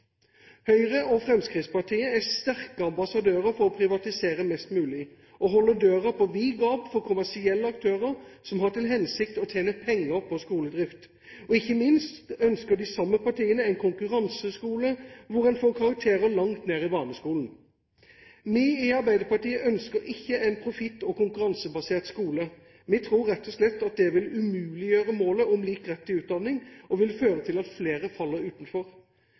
Høyre og Fremskrittspartiet er sterke ambassadører for å privatisere mest mulig og holder døren på vid gap for kommersielle aktører som har til hensikt å tjene penger på skoledrift, og ikke minst ønsker de samme partiene en konkurranseskole hvor en får karakterer langt ned i barneskolen. Vi i Arbeiderpartiet ønsker ikke en profitt- og konkurransebasert skole. Vi tror rett og slett at det vil umuliggjøre målet om lik rett til utdanning, og vil føre til at flere faller utenfor.